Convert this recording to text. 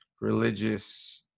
religious